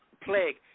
plague